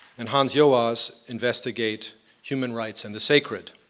and hans yeah joas investigate human rights and the sacred.